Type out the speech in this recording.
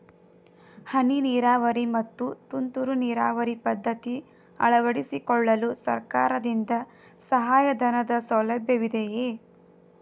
ಹನಿ ನೀರಾವರಿ ಮತ್ತು ತುಂತುರು ನೀರಾವರಿ ಪದ್ಧತಿ ಅಳವಡಿಸಿಕೊಳ್ಳಲು ಸರ್ಕಾರದಿಂದ ಸಹಾಯಧನದ ಸೌಲಭ್ಯವಿದೆಯೇ?